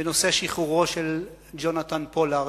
בנושא שחרורו של ג'ונתן פולארד.